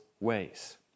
ways